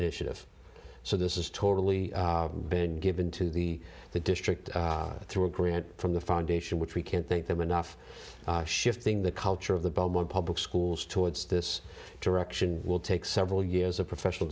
initiative so this is totally been given to the the district through a grant from the foundation which we can't thank them enough shifting the culture of the belmont public schools towards this direction will take several years of professional